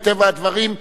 מטבע הדברים,